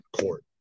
court